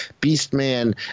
Beast-Man